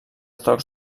tocs